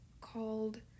called